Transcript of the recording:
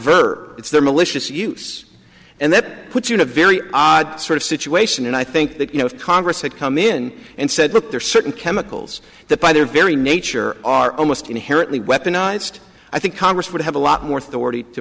verb it's there malicious use and that puts you to very odd sort of situation and i think that you know if congress had come in and said look there are certain chemicals that by their very nature are almost inherently weaponized i think congress would have a lot more authority to